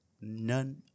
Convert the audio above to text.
none